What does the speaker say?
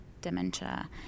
dementia